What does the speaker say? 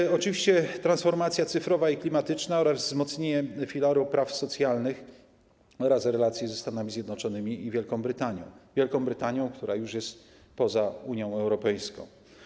I oczywiście transformacja cyfrowa i klimatyczna oraz wzmocnienie filaru praw socjalnych oraz relacji ze Stanami Zjednoczonymi i Wielką Brytanią, Wielką Brytanią, która już jest poza Unią Europejską.